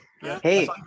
Hey